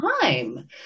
time